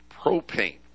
Propane